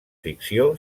ficció